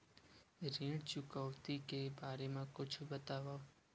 ऋण चुकौती के बारे मा कुछु बतावव?